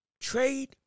trade